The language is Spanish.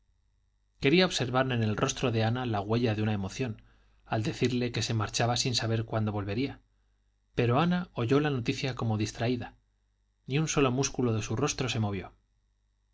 quería observar en el rostro de ana la huella de una emoción al decirle que se marchaba sin saber cuándo volvería pero ana oyó la noticia como distraída ni un solo músculo de su rostro se movió